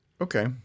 Okay